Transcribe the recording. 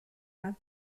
have